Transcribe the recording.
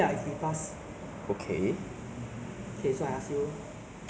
playing mobile games for eight hours straight will be a torture lah because my